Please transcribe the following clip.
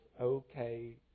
okay